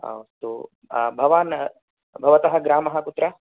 अस्तु भवान् भवतः ग्रामः कुत्र